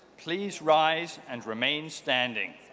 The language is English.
please rise and remain standing.